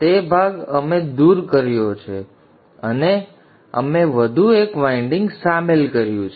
હવે તે ભાગ અમે દૂર કર્યો છે અને અમે વધુ એક વાઇન્ડિંગ શામેલ કર્યું છે